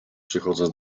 przychodząc